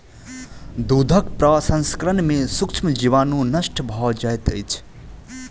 दूधक प्रसंस्करण में सूक्ष्म जीवाणु नष्ट भ जाइत अछि